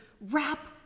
wrap